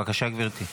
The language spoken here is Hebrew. בבקשה, גברתי.